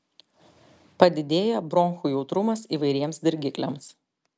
padidėja bronchų jautrumas įvairiems dirgikliams